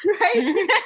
right